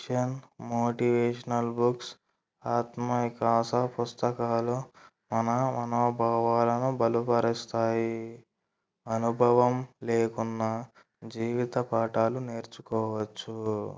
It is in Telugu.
ఫిక్షన్ మోటివేషనల్ బుక్స్ ఆత్మవికాస పుస్తకాలు మన మనోభావాలను బలుపరుస్తాయి అనుభవం లేకున్న జీవిత పాఠాలు నేర్చుకోవచ్చు